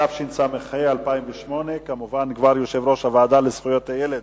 התשס"ח 2008. יושב-ראש הוועדה לזכויות הילד,